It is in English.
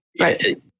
right